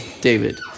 David